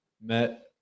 met